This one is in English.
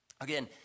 Again